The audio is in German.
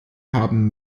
haben